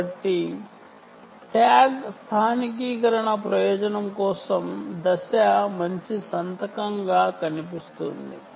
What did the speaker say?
కాబట్టి ట్యాగ్ స్థానికీకరణ ప్రయోజనం కోసంఫేస్ ఒక మంచి విధానం